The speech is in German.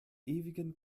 ewigen